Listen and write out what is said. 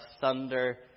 thunder